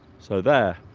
so there